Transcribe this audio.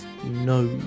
No